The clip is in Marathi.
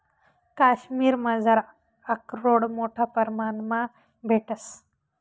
काश्मिरमझार आकरोड मोठा परमाणमा भेटंस